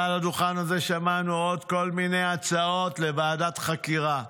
מעל הדוכן הזה שמענו עוד כל מיני הצעות לוועדת חקירה.